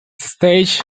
stage